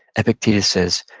epictetus says,